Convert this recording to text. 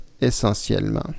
essentiellement